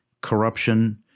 corruption